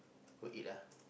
go eat lah